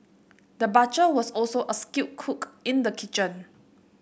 the butcher was also a skilled cook in the kitchen